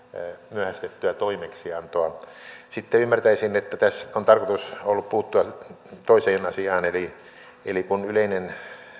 myöhästettyä toimeksiantoa sitten ymmärtäisin että tässä on tarkoitus ollut puuttua toiseen asiaan eli eli kun yleinen